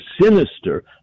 sinister